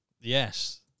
Yes